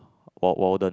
W~ Walden